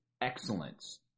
excellence